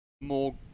more